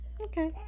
Okay